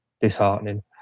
disheartening